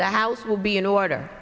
the house will be in order